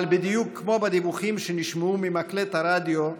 אבל בדיוק כמו בדיווחים שנשמעו ממקלט הרדיו,